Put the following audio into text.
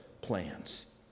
plans